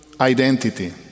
Identity